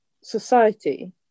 society